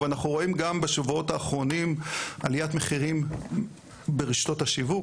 אבל אנחנו רואים גם בשבועות האחרונים עליית מחירים ברשתות השיווק,